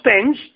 spends